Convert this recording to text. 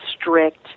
strict